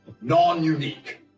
non-unique